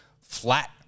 flat